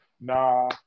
nah